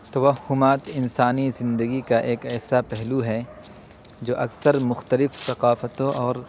توہمات انسانی زندگی کا ایک ایسا پہلو ہے جو اکثر مختلف ثقافتوں اور